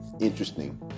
interesting